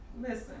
Listen